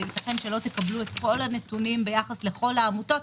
וייתכן שלא תקבלו את כל הנתינים ביחס לכל העמותות,